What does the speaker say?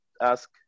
ask